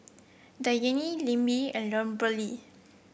Dianne Lemma and Kimberlee